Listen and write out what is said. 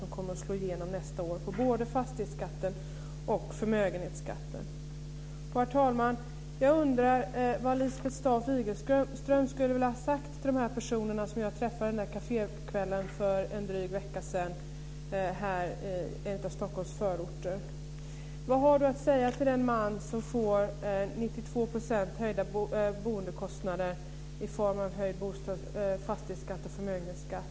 De kommer ju att slå igenom på både fastighetsskatten och förmögenhetsskatten nästa år. Herr talman! Jag undrar vad Lisbeth Staaf Igelström skulle ha sagt till de personer som jag träffade den där kafékvällen för drygt en vecka sedan i en av Stockholms förorter. Vad har hon att säga till den man som får höjda boendekostnader med 92 % i form av höjd fastighetsskatt och förmögenhetsskatt?